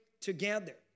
together